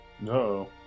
No